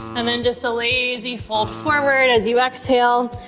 and then just a lazy fold forward as you exhale.